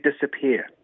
disappear